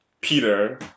Peter